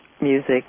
music